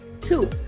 Two